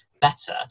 better